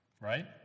right